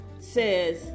says